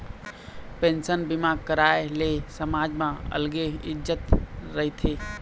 pension बीमा करवाए ले समाज म अलगे इज्जत रहिथे